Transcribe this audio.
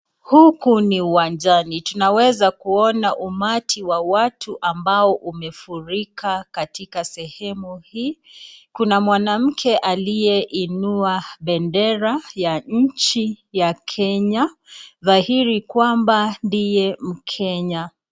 Huku ni uwanjani, tunaweza kuona umati wa watu ambao umefurika katika sehemu hii. Kuna mwanamke aliyeinua bendera ya nchi ya Kenya dhairi kwamba ndiye mkenya.